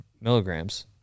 milligrams